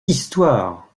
histoire